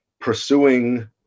pursuing